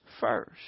first